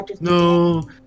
no